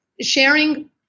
sharing